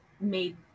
made